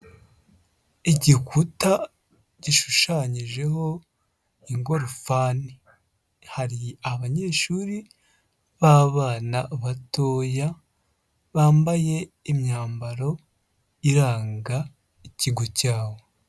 Igikuta gishushanyijeho ingorofani, hari abanyeshuri b'abana batoya bambaye imyambaro iranga ikigo cyabo.